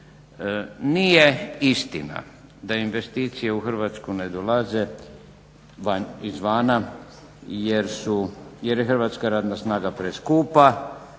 Nije istina da investicije u Hrvatsku ne dolaze izvana jer su, jer je hrvatska radna snaga preskupa,